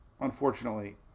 Unfortunately